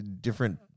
different